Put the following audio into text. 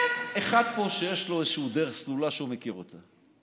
אין אחד פה שיש לו איזושהי דרך סלולה שהוא מכיר אותה.